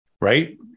right